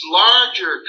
larger